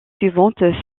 suivante